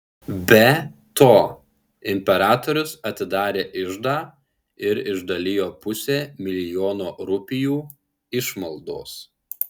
be to imperatorius atidarė iždą ir išdalijo pusę milijono rupijų išmaldos